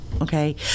Okay